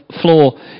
floor